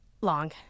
Long